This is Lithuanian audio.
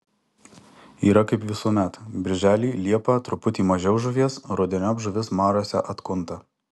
yra kaip visuomet birželį liepą truputį mažiau žuvies rudeniop žuvis mariose atkunta